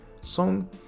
song